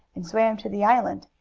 and swam to the island.